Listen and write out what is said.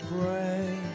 pray